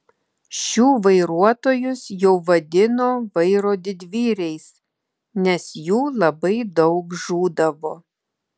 šių vairuotojus jau vadino vairo didvyriais nes jų labai daug žūdavo